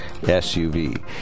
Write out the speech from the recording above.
SUV